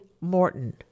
Morton